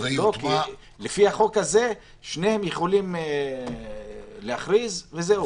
לפי החוק הזה שניהם יכולים להכריז, וזהו.